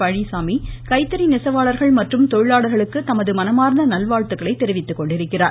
பழனிச்சாமி கைத்தறி நெசவாளர்கள் மற்றும் தொழிலாளர்களுக்கு தமது மனமார்ந்த நல்வாழ்த்துக்களை தெரிவித்துக்கொண்டிருக்கிறார்